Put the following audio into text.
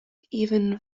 even